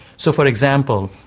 so, for example,